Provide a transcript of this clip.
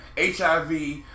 HIV